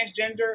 transgender